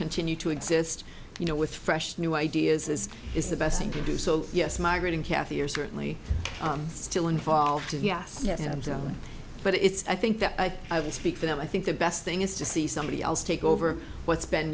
continue to exist you know with fresh new ideas this is the best thing to do so yes margaret and kathy are certainly still involved yes but it's i think that i would speak for them i think the best thing is to see somebody else take over what's been